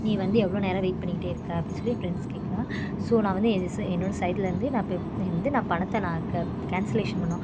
நீ வந்து எவ்வளோ நேரம் வெயிட் பண்ணிக்கிட்டே இருக்க அப்படின்னு சொல்லி என் ஃப்ரெண்ட்ஸ் கேட்குறா ஸோ நான் வந்து என் சை என்னோடய சைட்லேருந்து நான் பே நான் வந்து நான் பணத்தை நான் க கேன்சலேஷன் பண்ணோம்